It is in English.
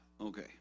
okay